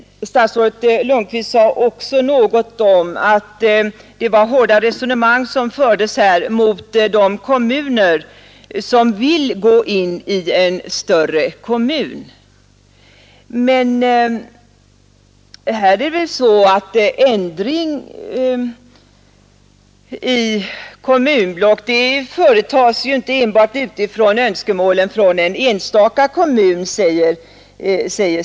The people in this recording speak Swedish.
Statsrådet Lundkvist sade också något om de hårda resonemang som fördes här mot de kommuner som vill gå in i en större kommun och att en ändring i kommunblocksindelningen inte kan vidtas enbart utifrån önskemålen från en enstaka kommun.